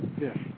yes